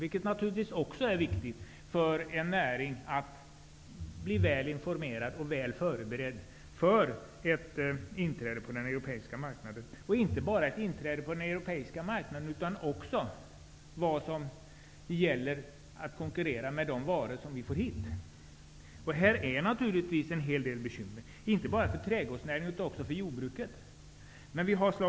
Det är naturligtvis viktigt för en näring att bli väl informerad och väl förberedd för ett inträde på den europeiska marknaden och för vad som gäller för att konkurrera med de varor som vi får hit. Här finns naturligtvis en hel del bekymmer, inte bara för trädgårdsnäringen utan också för jordbruket.